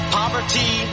poverty